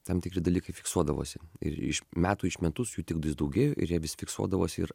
tam tikri dalykai fiksuodavosi ir iš metų iš metus jų tiktais daugėjo ir jie vis fiksuodavosi ir